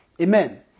Amen